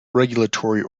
regulatory